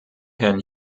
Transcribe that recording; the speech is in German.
herrn